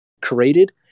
created